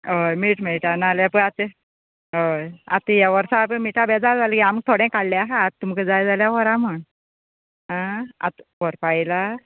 हय मीठ मेळटा नाज्यार पळय आतां ते हय आतां हे वर्सा हे पळय मिठा बेजार जाल गे आमकां थोडें काडलें आसा तुमका जाय जाल्यार व्हरा म्हण आं आतां व्हरपा येला